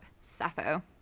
Sappho